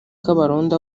kabarondo